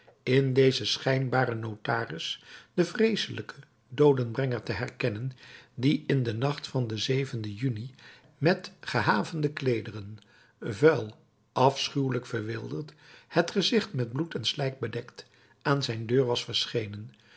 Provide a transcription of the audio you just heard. in dezen schijnbaren notaris den vreeselijken doodenbrenger te herkennen die in den nacht van den den juni met gehavende kleederen vuil afschuwelijk verwilderd het gezicht met bloed en slijk bedekt aan zijn deur was verschenen